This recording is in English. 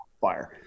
fire